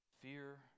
fear